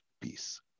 peace